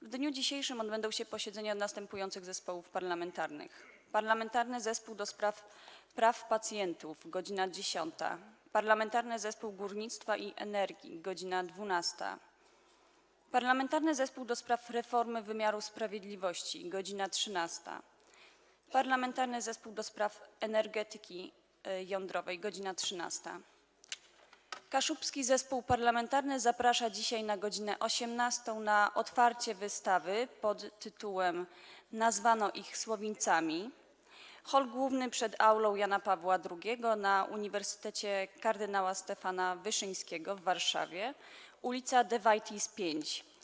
W dniu dzisiejszym odbędą się posiedzenia następujących zespołów parlamentarnych: - Parlamentarnego Zespołu ds. Praw Pacjentów - godz. 10, - Parlamentarnego Zespołu Górnictwa i Energii - godz. 12, - Parlamentarnego Zespołu ds. Reformy Wymiaru Sprawiedliwości - godz. 13, - Parlamentarnego Zespołu ds. Energetyki Jądrowej - godz. 13, Kaszubski Zespół Parlamentarny zaprasza dzisiaj na godz. 18 na otwarcie wystawy pt. „Nazywano ich Słowińcami”, hol główny przed Aulą im. Jana Pawła II na Uniwersytecie Kardynała Stefana Wyszyńskiego w Warszawie, ul. Dewajtis 5.